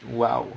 !wow!